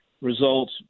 results